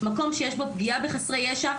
מקום שיש בו פגיעה בחסרי ישע,